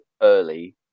early